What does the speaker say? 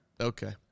Okay